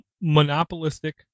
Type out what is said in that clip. monopolistic